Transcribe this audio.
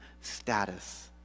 status